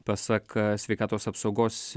pasak sveikatos apsaugos